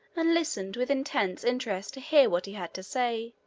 and listened with intense interest to hear what he had to say.